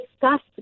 discussed